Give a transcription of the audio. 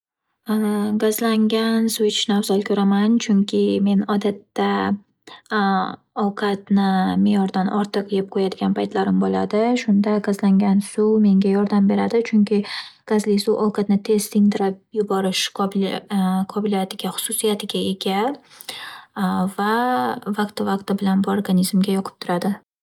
Gazlangan suv ichishni afzal ko'raman. Chunki, men odatda ovqatni me'yoridan ortiq yeb qo'yadigan paytlarim bo'ladi, shunda gazlangan suv menga yordam beradi. Chunki, gazli suv ovqatni tez singdirib yuborish qobiliya- - qobiliyatiga, xususiyatiga ega va vaqti-vaqti bilan bu organizmga yoqib turadi.